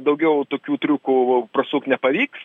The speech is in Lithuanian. daugiau tokių triukų prasukt nepavyks